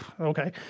okay